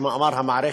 במאמר המערכת,